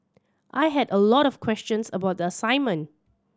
I had a lot of questions about the assignment